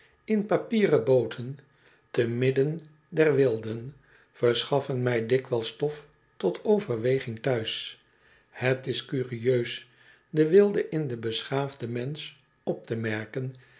te midden der wilden verschaffen mij dikwijls stof tot overweging thuis het is curieus den wilde in den beschaafden mensch op te merken